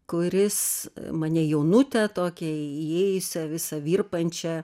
kuris mane jaunutę tokią įėjusią visą virpančią